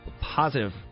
positive